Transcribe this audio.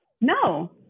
No